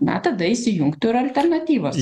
na tada įsijungtų ir alternatyvos